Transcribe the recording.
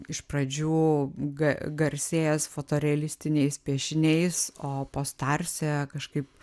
iš pradžių ga garsėjęs fotorealistiniais piešiniais o post arse kažkaip